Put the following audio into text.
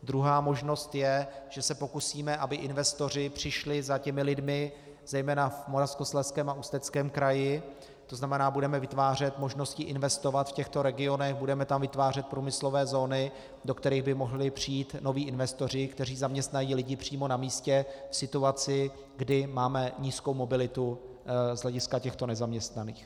Druhá možnost je, že se pokusíme, aby investoři přišli za lidmi zejména v Moravskoslezském a Ústeckém kraji, to znamená budeme vytvářet možnosti investovat v těchto regionech, budeme tam vytvářet průmyslové zóny, do kterých by mohli přijít noví investoři, kteří zaměstnají lidi přímo na místě v situaci, kdy máme nízkou mobilitu z hlediska těchto nezaměstnaných.